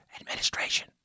Administration